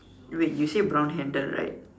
wait you say brown handle right